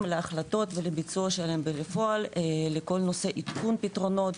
להחלטות ולביצוע שלהם בפועל לכל נושא עדכון פתרונות,